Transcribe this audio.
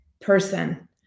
person